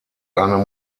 eine